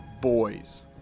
boys